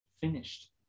finished